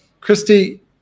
Christy